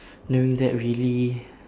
knowing that really